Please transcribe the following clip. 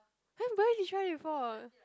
!huh! but then she tried it before what